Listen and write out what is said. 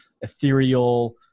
ethereal